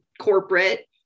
corporate